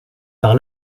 par